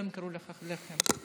לא ימכרו לך לחם.